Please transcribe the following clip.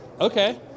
Okay